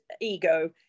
ego